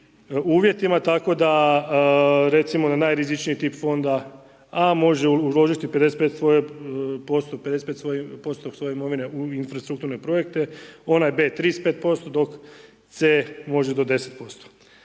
uvjetima. Tako da recimo na najrizičniji tip fonda a) može uložiti 55% svoje imovine u infrastrukturne projekte, onaj b) 35% dok c) može do 10%.